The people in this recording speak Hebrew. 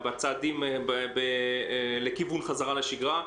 בצעדים לכיוון חזרה לשגרה.